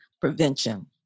prevention